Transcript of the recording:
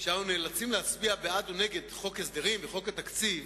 כשאנו נאלצים להצביע בעד או נגד חוק ההסדרים וחוק התקציב